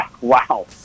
Wow